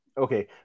Okay